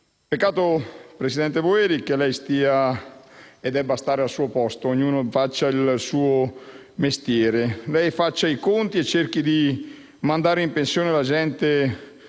euro. Presidente Boeri, lei deve stare al suo posto. Ognuno faccia il suo mestiere: lei faccia i conti e cerchi di mandare in pensione la gente